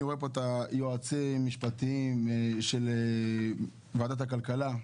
אני רואה פה את היועצים המשפטיים של ועדת הכלכלה,